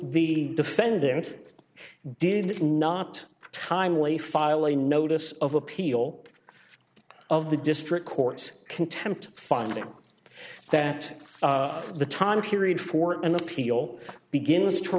the defendant did not timely file a notice of appeal of the district court's contempt finding that the time period for an appeal begins to